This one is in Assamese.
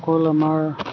অকল আমাৰ